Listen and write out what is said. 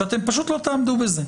שאתם פשוט לא תעמדו בזה.